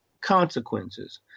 consequences